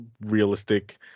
realistic